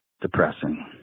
depressing